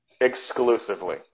Exclusively